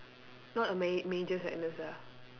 not a ma~ major sadness ah